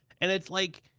and it's like,